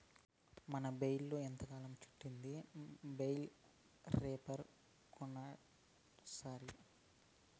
మనం బేల్తో ఎంతకాలం చుట్టిద్ది బేలే రేపర్ కొంటాసరి